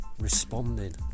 responding